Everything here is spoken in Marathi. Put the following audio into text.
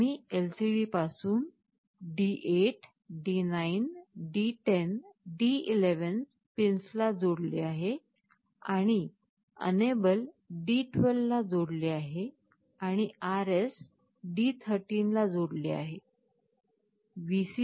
तर आम्ही LCD पासून D8 D9 D10 D11 पिन्सला जोडले आहे आणि अनएबल D12 ला जोडले आहे आणि RS D13 ला जोडले आहे